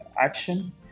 action